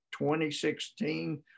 2016